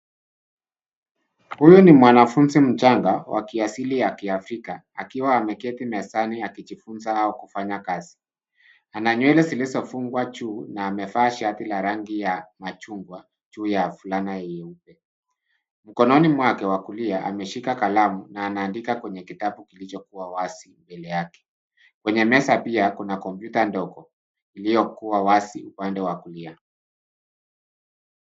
Huyu ni mwanafunzi mchanga wa kiasili ya kiafrika akiwa ameketi mezani akijifunza au kufanya kazi. Ana nywele zilizofungwa juu na amevaa shati la rangi ya machungwa juu ya fulana nyeupe. Mkononi mwake wa kulia ameshika kalamu na anaandika kwenye kitabu kilichokuwa wazi mbele yake. Kwenye meza pia kuna kompyuta ndogo iliyokuwa wazi upande wa kulia.